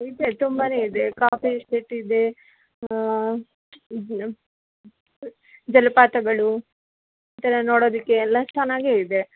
ಇದೆ ತುಂಬ ಇದೆ ಕಾಫಿ ಎಸ್ಟೇಟ್ ಇದೆ ಜಲಪಾತಗಳು ಇದೆಲ್ಲ ನೋಡೋದಕ್ಕೆ ಎಲ್ಲ ಚೆನ್ನಾಗೆ ಇದೆ